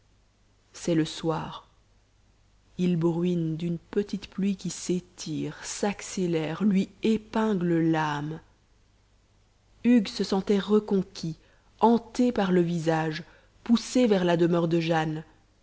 c'est le soir il bruine d'une petite pluie qui s'étire s'accélère lui épingle l'âme hugues se sentait reconquis hanté par le visage poussé vers la demeure de jane